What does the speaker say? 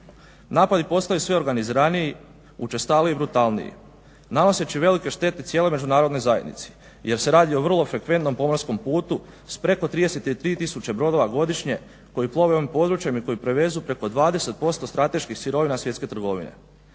Napadi postaju sve organiziraju, učestaliji, brutalniji, nanoseći velike štete cijeloj međunarodnoj zajednici jer se radi o vrlo frekventnom pomorskom putom s preko 33000 brodova godišnje koji plove ovim područjem i koji prevezu preko 20% strateških sirovina svjetske trgovine.